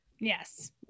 Yes